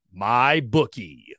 MyBookie